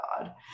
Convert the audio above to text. God